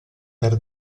per